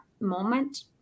moment